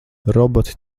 roboti